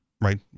Right